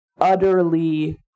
utterly